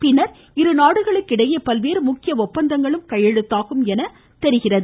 பின்னர் இருநாடுகளுக்கு இடையே பல்வேறு முக்கிய ஒப்பந்தங்கள் கையெழுத்தாகும் என தெரிகிறது